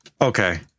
Okay